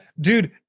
dude